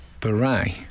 beret